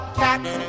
cats